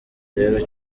rero